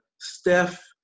Steph